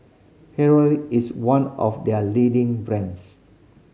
is one of there leading brands